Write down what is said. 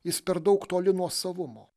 jis per daug toli nuo savumo